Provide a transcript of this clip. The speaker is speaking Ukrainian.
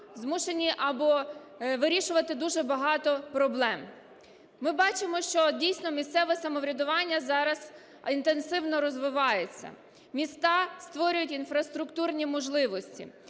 змушені або вирішувати дуже багато проблем. Ми бачимо, що дійсно місцеве самоврядування зараз інтенсивно розвивається, міста створюють інфраструктурні можливості.